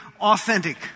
authentic